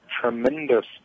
tremendous